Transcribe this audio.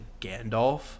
Gandalf